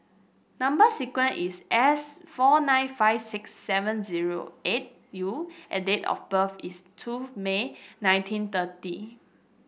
number sequence is S four nine five six seven zero eight U and date of birth is two May nineteen thirty